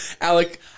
Alec